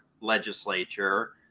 legislature